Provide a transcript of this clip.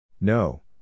No